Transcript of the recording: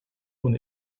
when